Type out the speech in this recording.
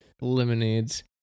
Lemonades